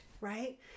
right